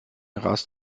rast